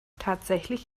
tatsächlich